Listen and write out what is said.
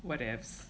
whateffs